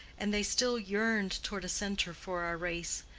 and they still yearned toward a center for our race.